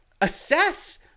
assess